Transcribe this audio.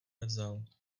nevzal